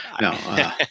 no